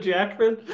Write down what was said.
Jackman